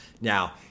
Now